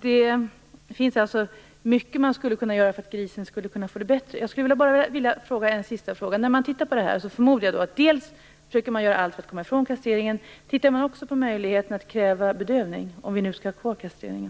Det finns alltså mycket som man skulle kunna göra för att grisen skulle få det bättre. Jag skulle bara vilja ställa en sista fråga. När man tittar närmare på det här förmodar jag att man försöker göra allt för att komma ifrån kastreringen. Undersöker man också möjligheten att kräva bedövning, om vi nu skall ha kvar kastreringen?